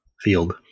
field